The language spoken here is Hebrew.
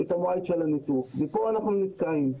את מועד הניתוק וכאן אנחנו נתקעים.